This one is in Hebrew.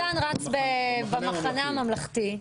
מתן רץ במחנה הממלכתי,